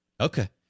Okay